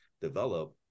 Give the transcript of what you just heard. develop